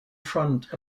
front